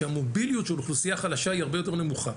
שהמוביליות של אוכלוסייה חלשה היא הרבה יותר נמוכה.